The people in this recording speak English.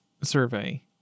survey